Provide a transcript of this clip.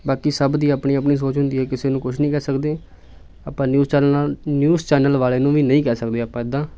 ਬਾਕੀ ਸਭ ਦੀ ਆਪਣੀ ਆਪਣੀ ਸੋਚ ਹੁੰਦੀ ਹੈ ਕਿਸੇ ਨੂੰ ਕੁਝ ਨਹੀਂ ਕਹਿ ਸਕਦੇ ਆਪਾਂ ਨਿਊਜ਼ ਚੈਨਲ ਨਾਲ ਨਿਊਜ ਚੈਨਲ ਵਾਲੇ ਨੂੰ ਵੀ ਨਹੀਂ ਕਹਿ ਸਕਦੇ ਆਪਾਂ ਇੱਦਾਂ